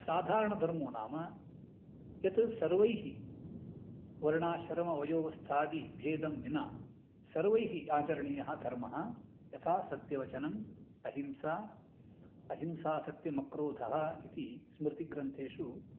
साधारणधर्मो नाम यत् सर्वैः वर्णाश्रमवयोवस्थादिभेदं विना सर्वैः आचरणीयः धर्मः यथा सत्यवचनम् अहिंसा अहिंसा सत्यमक्रोधः इति स्मृति ग्रन्थेषु